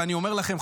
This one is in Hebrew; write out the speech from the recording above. ואני אומר לכם,